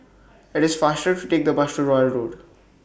IT IS faster to Take The Bus to Royal Road